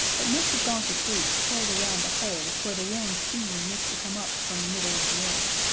it must have gone to sleep curled around the hole where the warm steam used to come up from the middle of the earth,